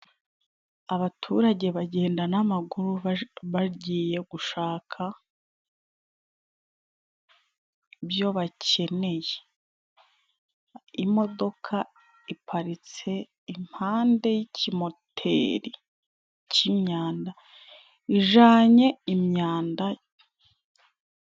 Abaturage bagenda n'amaguru bagiye gushaka ibyo bakeneye, imodoka iparitse impande y'ikimoteri c'imyanda ijanye imyanda.